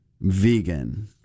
vegan